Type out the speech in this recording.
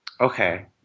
Okay